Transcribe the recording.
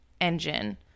engine